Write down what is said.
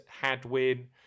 Hadwin